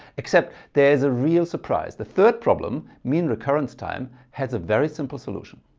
except there is a real surprise, the third problem, mean recurrence time, has a very simple solution.